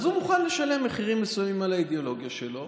אז הוא מוכן לשלם מחירים מסוימים על האידיאולוגיה שלו,